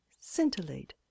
scintillate